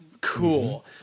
Cool